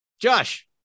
Josh